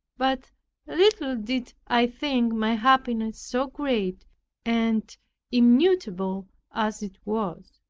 but little did i think my happiness so great and immutable as it was.